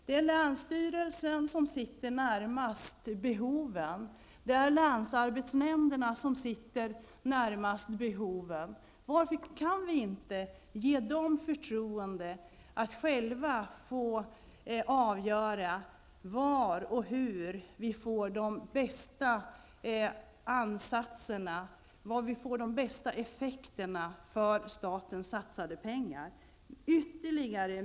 Det är länsstyrelsen och länsarbetsnämnderna som befinner sig närmast behoven. Varför kan vi inte ge dem förtroende att själva avgöra var och hur man får de bästa effekterna av statens satsade pengar?